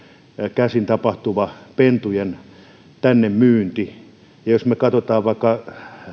käsin tapahtuvaa pentujen tänne myyntiä jos me katsomme vaikka